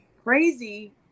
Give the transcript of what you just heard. Crazy